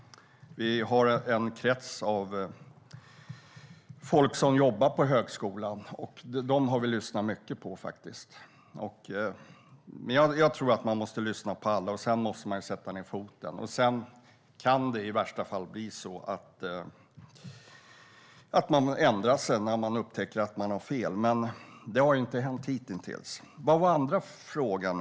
Vi har en krets av folk som jobbar på högskolan, och dem har vi lyssnat mycket på. Jag tror att man måste lyssna på alla först och sedan sätta ned foten. I värsta fall kan det bli så att man ändrar sig när man upptäcker att man har fel, men det har inte hänt hitintills. Vad var den andra frågan?